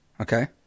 Okay